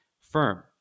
firm